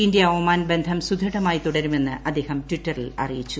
India Oman ബന്ധം സുദൃഡമായി തുടരുമെന്ന് അദ്ദേഹം ട്വിറ്ററിൽ അറിയിച്ചു